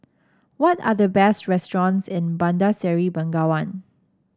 what are the best restaurants in Bandar Seri Begawan